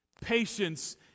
patience